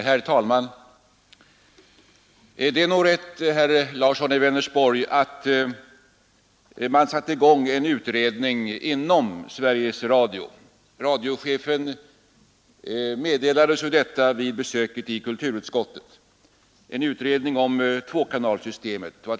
Herr talman! Det är nog rätt, herr Larsson i Vänersborg, att man nu har satt i gång en utredning — radiochefen meddelade oss ju detta vid sitt besök i kulturutskottet — inom Sveriges Radio om tvåkanalssystemet.